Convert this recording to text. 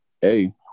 hey